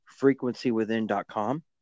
frequencywithin.com